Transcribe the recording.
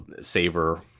saver